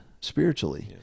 spiritually